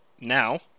now